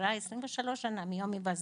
חברה כבר 23 שנה, מיום היווסדה.